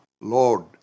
Lord